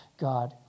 God